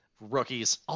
rookies